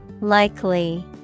Likely